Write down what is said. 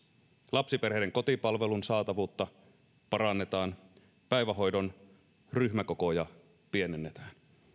lapsiperheiden kotipalvelun saatavuutta parannetaan päivähoidon ryhmäkokoja pienennetään